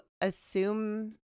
assume